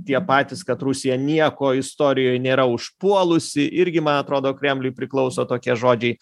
tie patys kad rusija nieko istorijoj nėra užpuolusi irgi man atrodo kremliui priklauso tokie žodžiai